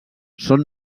són